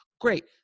Great